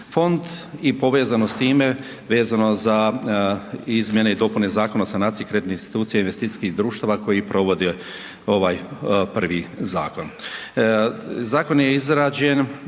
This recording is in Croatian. i povezano s time vezano za izmjene i dopune Zakona o sanaciji kreditnih institucija i investicijskih društava koji provode ovaj prvi zakon. Zakon je izrađen